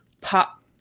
pop